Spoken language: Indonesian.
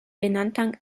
binatang